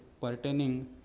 pertaining